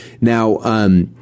now